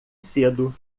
cedo